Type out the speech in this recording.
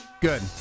Good